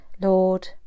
Lord